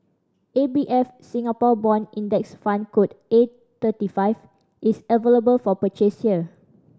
A B F Singapore Bond Index Fund code A thirty five is available for purchase here